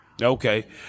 okay